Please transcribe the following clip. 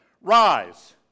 Rise